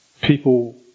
people